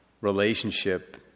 relationship